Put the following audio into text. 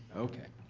okay.